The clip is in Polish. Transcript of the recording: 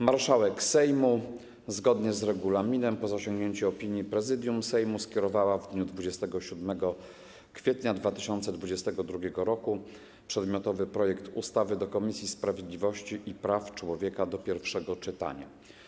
Marszałek Sejmu, zgodnie z regulaminem, po zasięgnięciu opinii Prezydium Sejmu, skierowała w dniu 27 kwietnia 2022 r. przedmiotowy projekt ustawy do Komisji Sprawiedliwości i Praw Człowieka do pierwszego czytania.